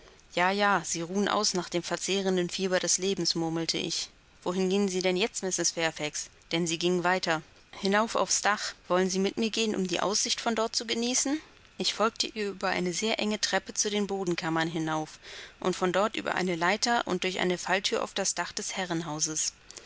ja ja sie ruhen aus nach dem verzehrenden fieber des lebens murmelte ich wohin gehen sie denn jetzt mrs fairfax denn sie ging weiter hinauf auf das dach wollen sie mit mir gehen um die aussicht von dort zu genießen ich folgte ihr über eine sehr enge treppe zu den bodenkammern hinauf und von dort über eine leiter und durch eine fallthür auf das dach des herrenhauses